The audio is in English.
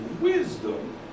wisdom